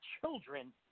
children